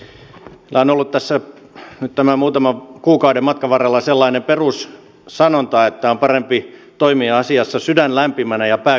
tämä on ollut tässä nyt tämän muutaman kuukauden matkan varrella sellainen perussanonta että on parempi toimia asiassa sydän lämpimänä ja pää kylmänä